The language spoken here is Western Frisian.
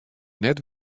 net